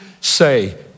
say